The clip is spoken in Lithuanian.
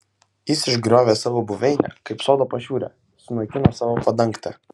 jis išgriovė savo buveinę kaip sodo pašiūrę sunaikino savo padangtę